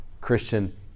Christian